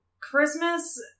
Christmas